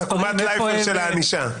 המספרים,